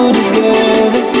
together